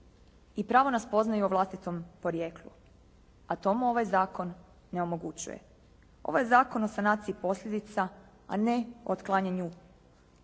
i pravo na spoznaju o vlastitom porijeklu, a to mu ovaj zakon ne omogućuje. Ovo je zakon o sanaciji posljedica, a ne otklanjanju